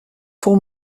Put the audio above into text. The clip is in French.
pour